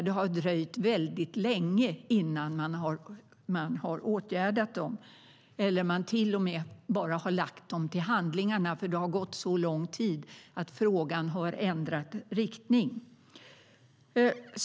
Det har dröjt väldigt länge innan man har åtgärdat dem. Man har till och med bara lagt dem till handlingarna för att det har gått så lång tid att frågan har ändrat riktning.